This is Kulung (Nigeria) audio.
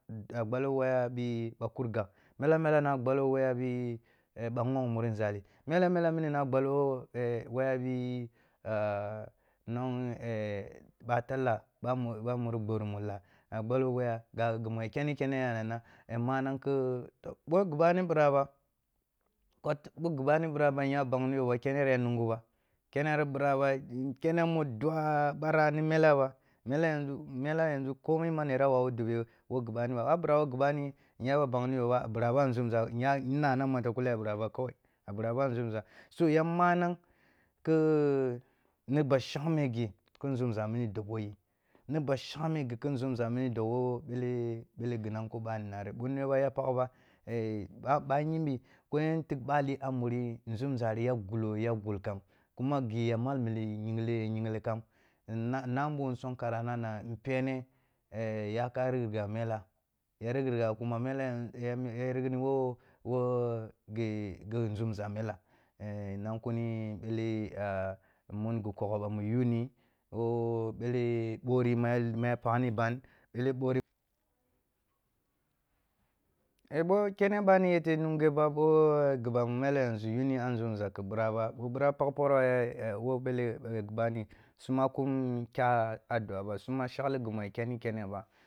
A gɓalo waya ɓhi ɓah kur gagh mela mela na a gɓalo waya ɓhi eh ɓah wong muri nzali, mela mela mini na gɓolo eh waya ɓhi nung eh ba talla eh ɓha, ɓha muri gɓerum a lah, a gɓalo waya ga ghi mu ya kene kene a nanah, manang khi ɓoh ghi ɓani ɓira ba ɓoh tigh, ɓoh ghi ɓani ɓira ba nya paghniyo ba kene ya nungu ba, keneri ɓira ba eh kene mu dua barah ɓera ni mela ba mela yanzu, mela yenz, komi man yara wawu dobe wo ghi bani ba, ɓoh a ɓira wo ghi ɓani nya ba paghniyo ba a ɓiraba a nzumza nya nnana ma takulli a ɓira ba kawai a ɓira ba a nzumza, so ya manang khi ni ba shamgme ghi khi nzumza mini dab wo yi, ni ghi shangme ghi khi nzumza mini dob wo ɓele, ɓele ghi nanko ɓani nari, ɓo neba ya paghba eh ɓha yinbi koyen tigh ɓali a muri nzumza ri ya gulo ya gul kham, kuma ghi ya mal mili nyingle nyingli kham nna nnambo sunkara nana mpeni ya ka rhigah mela, ya righ righa kuma mele yan ya rghni bo wo wo ghi ghi nzumza mela nang kuni ɓele ah mun ghu kokhni ɓah mu yunni, wo ɓele ɓorhi ma ma ya paghni ban, ɓele ɓorhi, eh ɓoh kene ɓali yete nungeba ɓho ghi ɓah mele yazu yuni a nzah khi ɓira ba, ɓoh ɓira pagh porohri eh wo ɓele ghi ɓani su ma kum kyah a dua ba, su ma sha kli ghi mu yara keni kene ba.